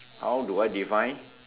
how do I define